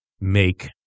make